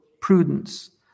prudence